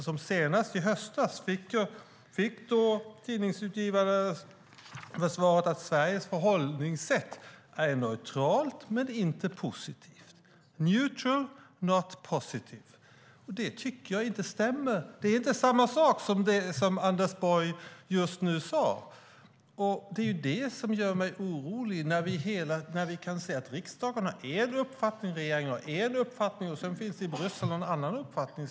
Så sent som i höstas fick tidningsutgivare svaret att Sveriges förhållningssätt är neutralt men inte positivt - neutral, not positive. Det tycker jag inte stämmer. Det är inte samma sak som det Anders Borg just nu sade. Det är detta som gör mig orolig. Vi kan se att riksdagen har en uppfattning och regeringen en annan, och så finns det i Bryssel ytterligare en uppfattning.